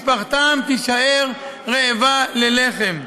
משפחתם תישאר רעבה ללחם.